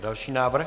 Další návrh.